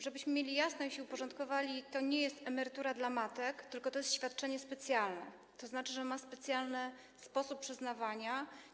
Żebyśmy mieli jasność i uporządkowali to: to nie jest emerytura dla matek, tylko to jest świadczenie specjalne, to znaczy, że mamy tu specjalny sposób przyznawania.